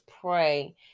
pray